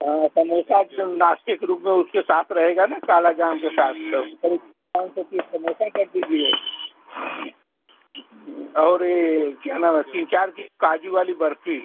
हाँ समोसा नाश्ते के रूप में उसके साथ रहेगा ना काला जाम के साथ तो करीब पाँच सौ पीस समोसा कर दीजिए और ये क्या नाम है तीन चार काजू वाली बर्फी